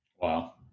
Wow